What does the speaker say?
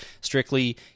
strictly